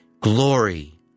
Glory